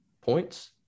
points